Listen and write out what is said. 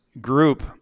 group